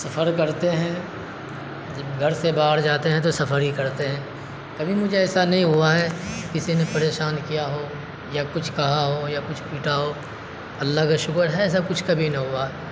سفر کرتے ہیں جب گھر سے باہر جاتے ہیں تو سفر ہی کرتے ہیں کبھی مجھے ایسا نہیں ہوا ہے کسی نے پریشان کیا ہو یا کچھ کہا ہو یا کچھ پیٹا ہو اللہ کا شکر ہے ایسا کچھ کبھی نہ ہوا